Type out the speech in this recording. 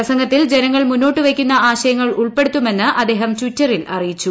പ്രസംഗത്തിൽ ജനങ്ങൾ മുന്നോട്ടുവെയ്ക്കുന്ന ആശയങ്ങൾ ഉൾപ്പെടുത്തുമെന്ന് അദ്ദേഹം ടിറ്ററിൽ അറിയിച്ചു